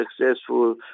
successful